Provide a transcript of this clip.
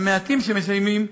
המעטים שמסיימים,